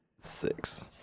six